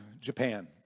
Japan